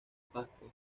pascua